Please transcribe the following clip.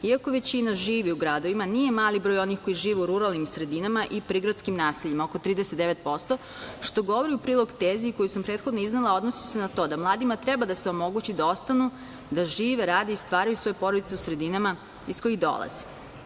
I ako većina živi u gradovima, nije mali broj onih koji žive u ruralnim sredinama i prigradskim naseljima, oko 39%, što govori u prilog tezi koju sam prethodno iznela, a odnosi se na to da mladima treba da se omogući da ostanu, da žive, rade i stvaraju svoje porodice u sredinama iz kojih dolaze.